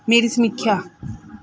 ਮੇਰੀ ਸਮੀਖਿਆ